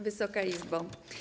Wysoka Izbo!